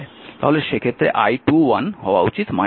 তাহলে সেক্ষেত্রে I21 হওয়া উচিত 4 অ্যাম্পিয়ার